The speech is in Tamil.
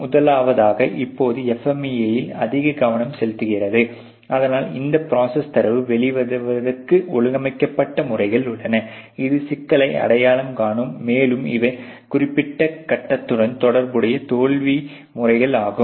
முதலாவதாக இப்போது FMEA இல் அதிக கவனம் செலுத்துகிறது ஆனால் இந்த ப்ரோசஸ் தரவு வெளிவருவதற்கு ஒழுங்கமைக்கப்பட்ட முறைகள் உள்ளன இது சிக்கல்களை அடையாளம் காணும் மேலும் இவை குறிப்பிட்ட கட்டத்துடன் தொடர்புடைய தோல்வி முறைகள் ஆகும்